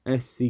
SC